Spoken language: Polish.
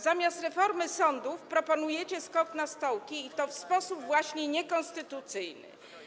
Zamiast reformy sądów proponujecie skok na stołki, i to w sposób niekonstytucyjny.